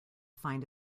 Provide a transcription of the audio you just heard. find